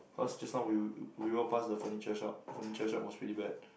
cause just now we we walk pass the furniture shop the furniture shop was really bad